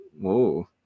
Whoa